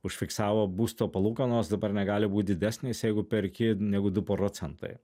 užfiksavo būsto palūkanos dabar negali būt didesnės jeigu perki negu du procentai